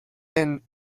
and